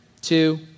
two